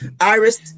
Iris